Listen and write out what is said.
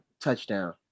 touchdown